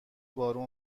بارون